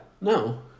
No